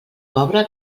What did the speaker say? pobre